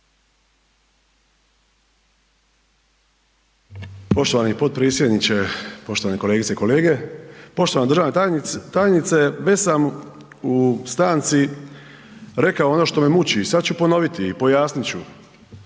Poštovani potpredsjedniče, poštovane kolegice i kolege, poštovana državna tajnice već sam u stanici rekao ono što me muči i sad ću ponoviti i pojasnit ću.